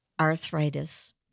Arthritis